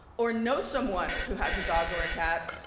or know someone who has a dog or a cat,